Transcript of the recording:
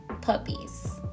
puppies